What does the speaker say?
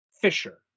Fisher